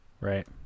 Right